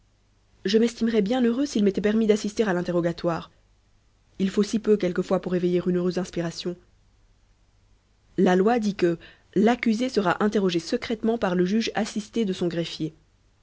je m'estimerais bien heureux s'il m'était permis d'assister à l'interrogatoire il faut si peu quelquefois pour éveiller une heureuse inspiration la loi dit que l'accusé sera interrogé secrètement par le juge assisté de son greffier